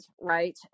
right